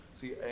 See